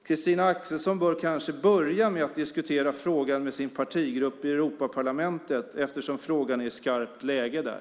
Christina Axelsson bör kanske börja med att diskutera frågan med sin partigrupp i Europaparlamentet eftersom frågan är i skarpt läge där.